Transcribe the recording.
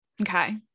Okay